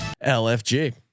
L-F-G